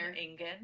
Ingen